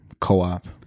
co-op